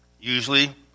usually